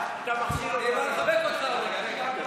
אני בא לחבק אותך, אדוני.